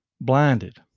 blinded